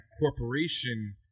corporation